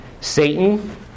Satan